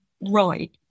right